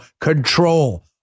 Control